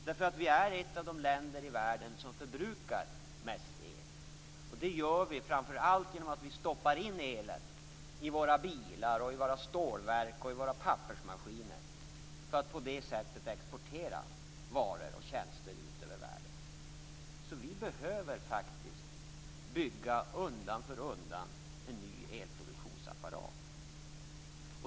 Sverige är ett av de länder i världen som förbrukar mest el. Det gör vi framför allt genom att vi stoppar in elen i våra bilar, i våra stålverk och i våra pappersmaskiner för att på det sättet exportera varor och tjänster ut över världen. Vi behöver faktiskt bygga undan för undan en ny elproduktionsapparat.